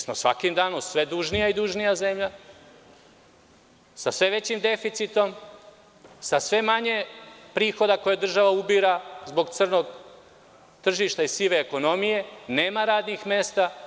Svakim danom smo sve dužnija i dužnija zemlja, sa sve većim deficitom, sa sve manje prihoda koje država ubira zbog crnog tržišta i sive ekonomije, nema radnih mesta.